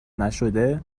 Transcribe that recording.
نشده